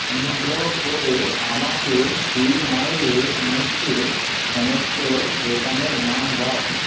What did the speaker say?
অনুগ্রহ করে আমাকে দুই মাইলের মধ্যে সমস্ত দোকানের নাম দাও